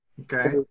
Okay